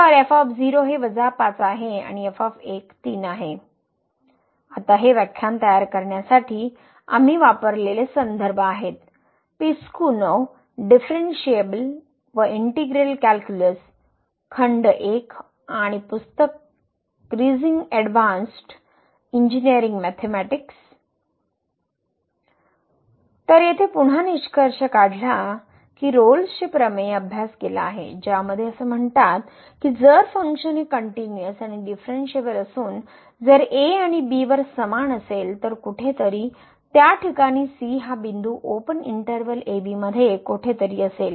तर 5 आहे आणि 3 आहे आता हे व्याख्यान तयार करण्यासाठी आम्ही वापरलेले संदर्भ आहेत पिस्कुनोव्ह डिफेरेन्शियल व इंटिग्रल कॅल्क्युलस खंड १ आणि पुस्तक क्रिझिग एड्वान्स्ड इंजिनिअरिंग मॅथेमॅटिक्स तर येथे पुन्हा निष्कर्ष काढला की रोले प्रमेय अभ्यास केला आहे ज्यामध्ये असे म्हणतात की जर फंक्शन हे कनट्युनिअस आणि डीफ्रणशिएबल असून जर a आणि b वर समान असेल तर कुठेतरी त्या ठिकाणी c हा बिंदू ओपन इंटर्वल ab मध्ये कोठे तरी असेल